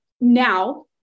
now